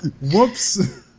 Whoops